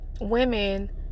women